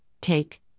take